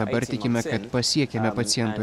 dabar tikime pasiekiame pacientų